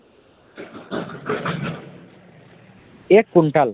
एक कुंटल